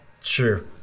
sure